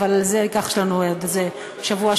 אבל זה ייקח לנו עוד איזה שבוע-שבועיים,